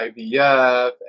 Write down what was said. IVF